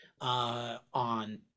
on